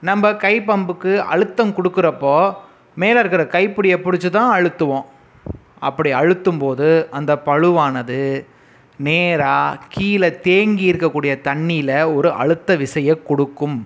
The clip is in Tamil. நம் கை பம்புக்கு அழுத்தம் கொடுக்குறப்போ மேலே இருக்கிற கைப்பிடிய பிடுச்சிதா அழுத்துவோம் அப்படி அழுத்தும்போது அந்த பளுவானது நேராக கீழே தேங்கி இருக்க கூடிய தண்ணீரில் ஒரு அழுத்த விசையை கொடுக்கும்